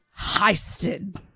heisted